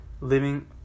living